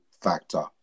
factor